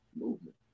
Movement